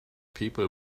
people